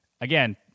again